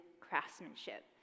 craftsmanship